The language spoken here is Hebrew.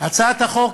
הצעת החוק